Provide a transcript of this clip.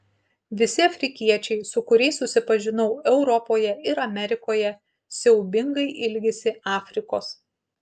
visi afrikiečiai su kuriais susipažinau europoje ir amerikoje siaubingai ilgisi afrikos